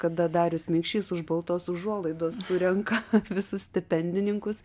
kada darius mikšys už baltos užuolaidos surenka visus stipendininkus